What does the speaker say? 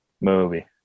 movie